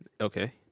Okay